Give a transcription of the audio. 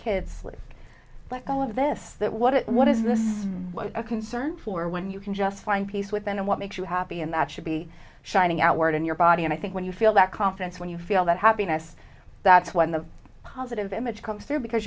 kids like all of this that what it what is the concern for when you can just find peace within and what makes you happy and that should be shining outward in your body and i think when you feel that confidence when you feel that happiness that's when the positive image comes through